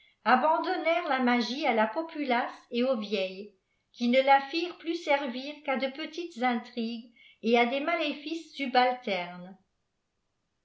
abandonnèrent la magie à la populace et aux vieilles qui ne là firent plus servir gu à de petites jntrigues et a des maléfices subalternes